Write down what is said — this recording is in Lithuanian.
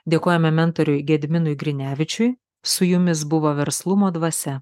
dėkojame mentoriui gediminui grinevičiui su jumis buvo verslumo dvasia